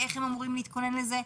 איך הם אמורים להתכונן לזה?